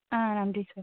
ஆ நன்றி சார்